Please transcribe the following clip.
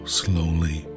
slowly